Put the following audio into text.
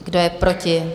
Kdo je proti?